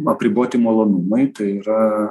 apriboti malonumai tai yra